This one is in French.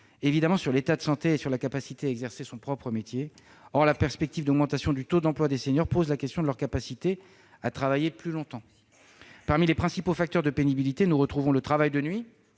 de santé du travailleur et sur sa capacité à exercer son métier. Or la perspective de l'augmentation du taux d'emploi des seniors soulève la question de leur capacité à travailler plus longtemps. Parmi les principaux facteurs de pénibilité figurent le travail de nuit,